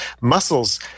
muscles